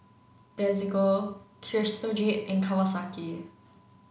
Desigual Crystal Jade and Kawasaki